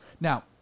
Now